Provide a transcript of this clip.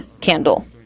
candle